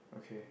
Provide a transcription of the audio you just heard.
okay